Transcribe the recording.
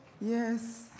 Yes